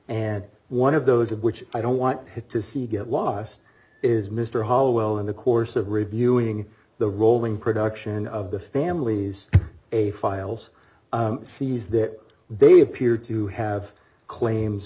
and one of those of which i don't want to see get lost is mr hall well in the course of reviewing the rolling production of the stanleys a files sees that they appear to have claims